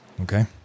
okay